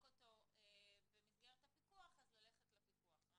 אותו במסגרת הפיקוח אז ללכת לפיקוח.